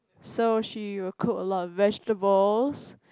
so she will cook a lot of vegetables